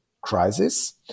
crisis